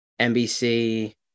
NBC